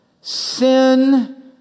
Sin